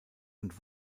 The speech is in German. und